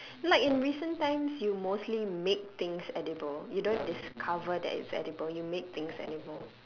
like in recent times you mostly make things edible you don't discover that it's edible you make things edible